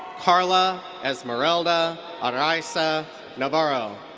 karla esmeralda araiza navarro.